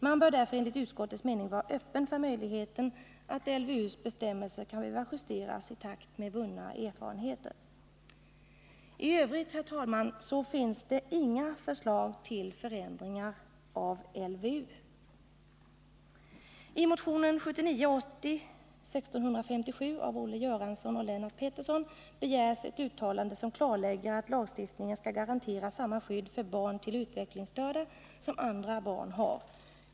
Man bör därför enligt utskottets mening vara öppen för möjligheten att LVU:s bestämmelser kan behöva justeras i takt med vunna erfarenheter. I övrigt finns, herr talman, inga förslag till förändringar i LVU. I motionen 1979/80:1657 av Olle Göransson och Lennart Pettersson begärs ett uttalande som klarlägger att lagstiftningen skall garantera samma skydd för barn till utvecklingsstörda som andra barn har.